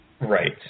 Right